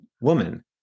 woman